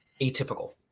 atypical